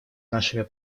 нашими